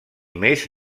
més